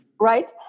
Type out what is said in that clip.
right